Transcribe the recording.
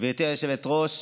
הוא שלנו, זה בסדר.